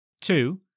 Two